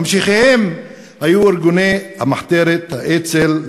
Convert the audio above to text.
ממשיכיהם היו ארגוני המחתרת אצ"ל,